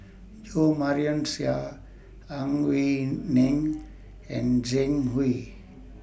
Jo Marion Seow Ang Wei Neng and Zhang Hui